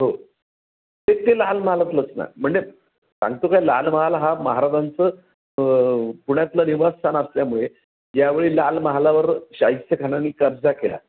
हो ते ते लाल महालातलंच ना म्हणजे सांगतो काय लाल महाल हा महाराजांचं पुण्यातलं निवासस्थान असल्यामुळे ज्यावेळी लाल महालावर शाहिस्तेखानानी कब्जा केला